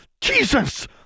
Jesus